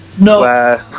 No